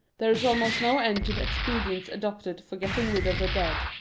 there is almost no end to the expedients adopted for getting rid of the dead.